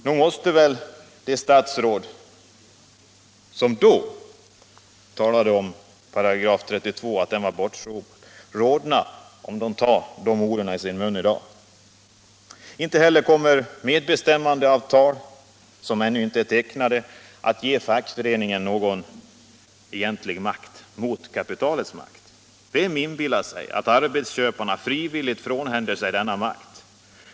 Nog måste väl de statsråd som då talade om att §32 var bortsopad rodna, när de nu tar de orden i sin mun. Inte heller kommer de medbestämmandeavtal som ännu inte är tecknade att ge fackföreningen någon egentlig makt att sätta mot kapitalets makt. Vem inbillar sig att arbetsköparna frivilligt frånhänder sig denna makt?